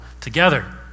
together